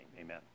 amen